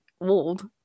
old